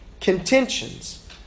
contentions